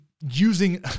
using